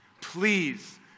Please